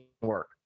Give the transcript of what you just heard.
work